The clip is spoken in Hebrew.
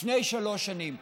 לפני שלוש שנים.